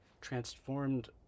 transformed